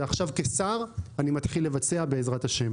ועכשיו כשר אני מתחיל לבצע בעזרת ה'.